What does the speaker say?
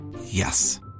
Yes